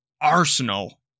Arsenal